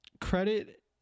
Credit